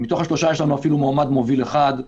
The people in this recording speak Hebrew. מתוך השלושה יש לנו אפילו מועמד מוביל אחד,